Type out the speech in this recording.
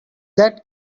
that